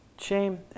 Shame